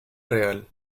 real